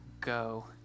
go